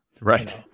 Right